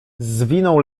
zwinął